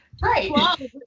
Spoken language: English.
Right